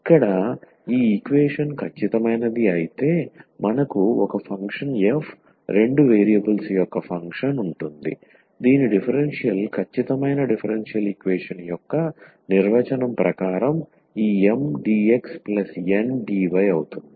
ఇక్కడ ఈ ఈక్వేషన్ ఖచ్చితమైనది అయితే మనకు ఒక ఫంక్షన్ f రెండు వేరియబుల్స్ యొక్క ఫంక్షన్ ఉంటుంది దీని డిఫరెన్షియల్ ఖచ్చితమైన డిఫరెన్షియల్ ఈక్వేషన్ యొక్క నిర్వచనం ప్రకారం ఈ 𝑀 𝑑𝑥 𝑁 𝑑𝑦 అవుతుంది